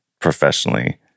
professionally